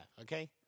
okay